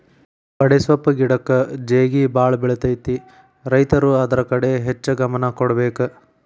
ಬಡೆಸ್ವಪ್ಪ್ ಗಿಡಕ್ಕ ಜೇಗಿಬಾಳ ಬಿಳತೈತಿ ರೈತರು ಅದ್ರ ಕಡೆ ಹೆಚ್ಚ ಗಮನ ಕೊಡಬೇಕ